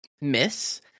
miss